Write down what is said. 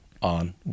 on